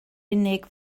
unig